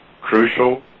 crucial